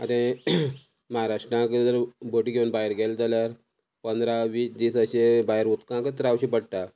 आनी महाराष्ट्राक बोटी घेवन भायर गेली जाल्यार भटी घेवन भायर गेले जाल्यार पोंदरा वीस दीस अशें भायर उदकाकत रावचे पडटा